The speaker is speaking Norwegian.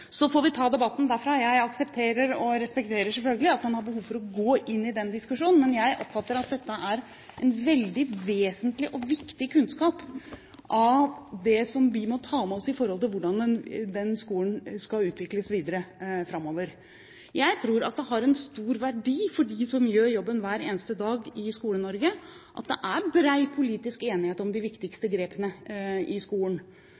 Så får vi ta debatten derfra. Jeg aksepterer, og respekterer, selvfølgelig at man har behov for å gå inn i den diskusjonen, men jeg oppfatter at dette er en veldig vesentlig og viktig kunnskap av det som vi må ta med oss når det gjelder hvordan skolen skal utvikles videre framover. For dem som gjør jobben hver eneste dag i Skole-Norge, tror jeg det har en stor verdi at det er bred politisk enighet om de viktigste grepene i skolen.